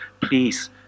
Please